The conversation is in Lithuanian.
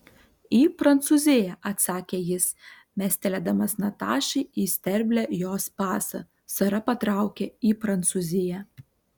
į prancūziją atsakė jis mestelėdamas natašai į sterblę jos pasą sara patraukė į prancūziją